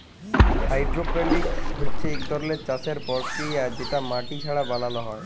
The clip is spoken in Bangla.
হাইডরপলিকস হছে ইক ধরলের চাষের পরকিরিয়া যেট মাটি ছাড়া বালালো হ্যয়